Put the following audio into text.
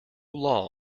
law